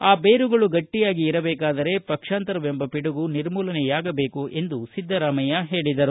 ಆ ಬೇರುಗಳು ಗಟ್ಟಿಯಾಗಿ ಇರಬೇಕಾದರೆ ಪಕ್ಷಾಂತರವೆಂಬ ಪಿಡುಗು ನಿರ್ಮೂಲನೆಯಾಗಬೇಕು ಎಂದು ಅವರು ಹೇಳಿದರು